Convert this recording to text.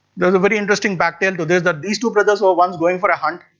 there is a very interesting back tale to this that these two brothers were once going for a hunt,